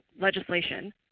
legislation